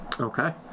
okay